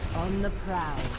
on the dow